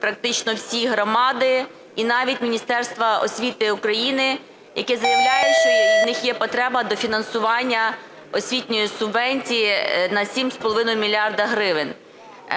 практично всі громади і навіть Міністерство освіти України, яке заявляє, що в них є потреба дофінансування освітньої субвенції на 7,5 мільярда